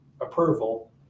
approval